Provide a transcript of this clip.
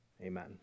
Amen